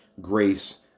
grace